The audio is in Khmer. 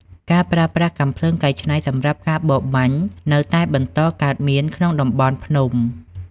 ការប្រើប្រាស់កាំភ្លើងកែច្នៃសម្រាប់ការបរបាញ់នៅតែបន្តកើតមានក្នុងតំបន់ភ្នំ។